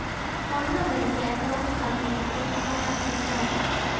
অন্য ব্যাঙ্কে অ্যাকাউন্ট থাকলে তাতে টাকা পাঠানো যায়